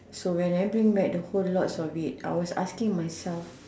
so when I bring back the whole lots of it I was asking myself